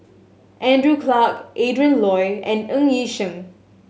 Andrew Clarke Adrin Loi and Ng Yi Sheng